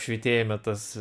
švytėjime tas